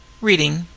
Reading